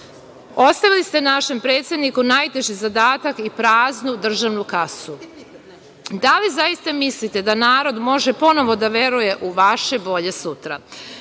Ostavili ste našem predsedniku najteži zadatak i praznu državnu kasu. Da li zaista mislite da narod može ponovo da veruje u vaše bolje sutra?